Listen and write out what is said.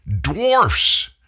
dwarfs